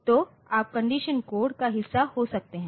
तो आप condition code का हिस्सा हो सकते है